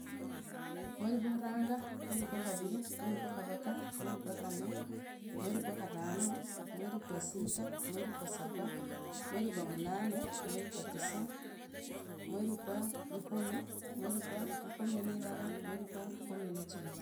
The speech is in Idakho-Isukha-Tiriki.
Mweri qwa khuranga, mweri gwa khariri, mweri gwa karaga, mweri gwa kanne, mweri gwa kharane, mweri gwasila, mweri gwa saba, mweri gwa munane, mweri gwa tisa, mweri gwa rikumi, mweri gwa rikumi na indala, mweri gwa rikumi na khariri